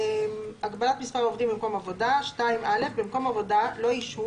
הגבלת מספר העובדים במקום עבודה 2. (א)במקום עבודה לא ישהו